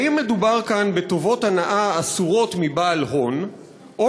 האם מדובר כאן בטובות הנאה אסורות מבעל הון או